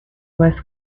was